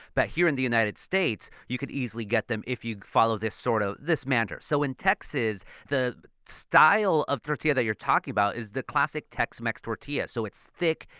but here in the united states you could easily get them if you follow this sort of this manter. so in texas, the style of tortilla that you're talking about is the classic tex-mex tortilla. so it's thick,